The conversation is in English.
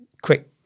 quick